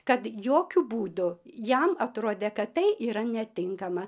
kad jokiu būdu jam atrodė kad tai yra netinkama